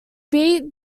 beat